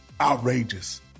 outrageous